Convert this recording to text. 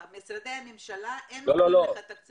משרדי הממשלה הם נותנים לך תקציב?